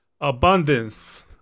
Abundance